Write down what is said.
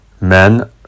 Men